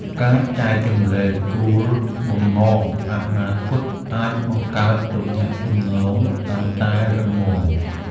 ការចែករំលែកគោលបំណងអនាគតអាចបង្កើតទំនាក់ទំនងកាន់តែរឹងមាំ។